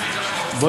לחוץ וביטחון.